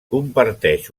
comparteix